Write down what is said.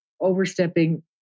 overstepping